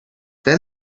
then